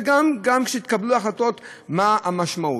וגם כשיתקבלו החלטות, מה המשמעות?